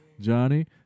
Johnny